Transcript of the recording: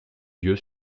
yeux